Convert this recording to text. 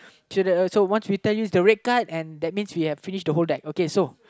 uh so once we tell you it's the red card and that means we have finished the whole deck